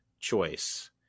choice